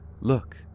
look